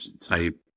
type